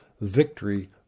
Victory